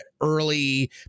early